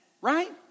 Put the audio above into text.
right